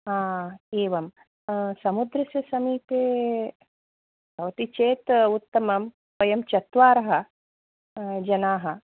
एवं समुद्रस्य समीपे भवति चेत् उत्तमं वयं चत्वारः जनाः